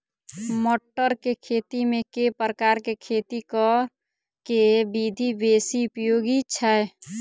मटर केँ खेती मे केँ प्रकार केँ खेती करऽ केँ विधि बेसी उपयोगी छै?